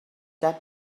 that